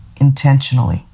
intentionally